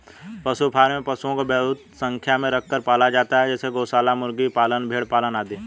पशु फॉर्म में पशुओं को बहुत संख्या में रखकर पाला जाता है जैसे गौशाला, मुर्गी पालन, भेड़ पालन आदि